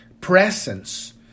presence